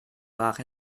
brach